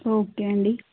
okay అండి